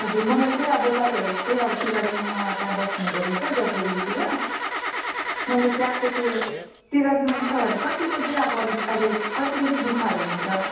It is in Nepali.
हजुर मलाई चाहिँ अब तपाईँहरू चाहिँ अब टी गार्डनमा त्यहाँ बस्नु हुँदो रहेछ जलपाइगुढीतिर मलाई त्यहाँको त्यो टी गार्डनमा चाहिँ तपाईँहरूलाई कतिको चाहिँ अब अहिले अहिले कतिको चाहिँ दुःखहरू हुन्छ